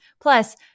Plus